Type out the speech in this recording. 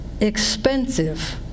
Expensive